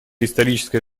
историческая